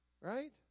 right